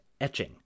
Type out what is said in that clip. etching